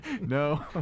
No